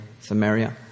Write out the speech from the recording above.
Samaria